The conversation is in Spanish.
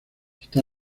está